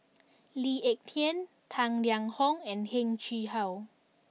Lee Ek Tieng Tang Liang Hong and Heng Chee How